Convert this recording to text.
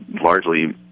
largely